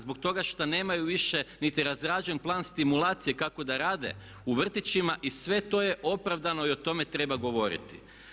Zbog toga što nemaju više niti razrađen plan stimulacije kako da rade u vrtićima i sve to je opravdano i o tome treba govoriti.